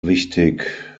wichtig